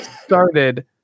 started